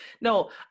No